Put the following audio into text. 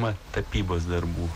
man tapybos darbų